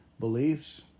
beliefs